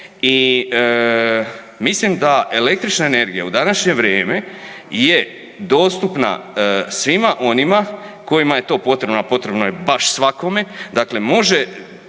i mislim da električna energija u današnje vrijeme je dostupna svima onima kojima je to potrebno, a potrebno je baš svakome, dakle može,